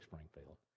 Springfield